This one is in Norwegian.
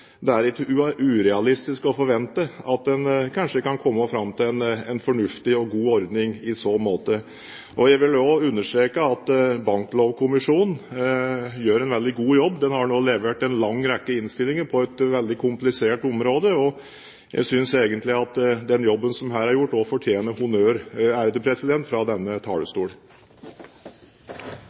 kanskje kan komme fram til en fornuftig og god ordning i så måte. Jeg vil også understreke at Banklovkommisjonen gjør en veldig god jobb. Den har nå levert en lang rekke innstillinger på et veldig komplisert område, og jeg synes egentlig at den jobben som her er gjort, også fortjener honnør fra denne talerstol.